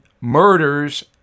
murders